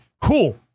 cool